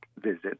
visit